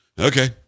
Okay